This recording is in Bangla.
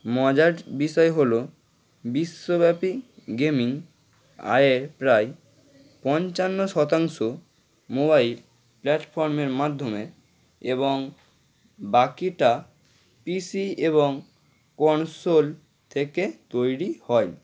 মজার বিষয় হল বিশ্বব্যাপী গেমিং আয়ের প্রায় পঞ্চান্ন শতাংশ মোবাইল প্ল্যাটফর্মের মাধ্যমে এবং বাকিটা পিসি এবং কনসোল থেকে তৈরি হয়